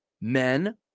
Men